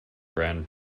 grand